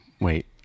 wait